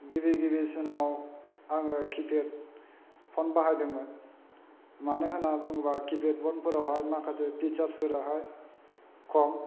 गिबि गिबिसिनाव समाव आङो खिफेद फन बाहायदोंमोन मानो होन्ना बुङोबा खिफेद फनफोराव माखासे फिसार्स फोराहाय खम